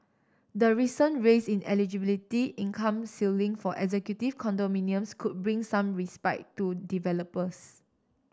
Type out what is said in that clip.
the recent raise in eligibility income ceiling for executive condominiums could bring some respite to developers